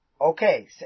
okay